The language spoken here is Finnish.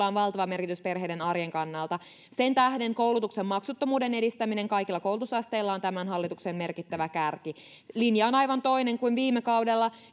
on valtava merkitys perheiden arjen kannalta sen tähden koulutuksen maksuttomuuden edistäminen kaikilla koulutusasteilla on tämän hallituksen merkittävä kärki linja on aivan toinen kuin viime kaudella